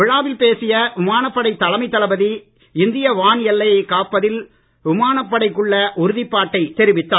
விழாவில் பேசிய விமானப்படை தலைமை தளபதி இந்திய வான் எல்லையை காப்பதில் விமானப் படைக்குள்ள உறுதிப்பாட்டை தெரிவித்தார்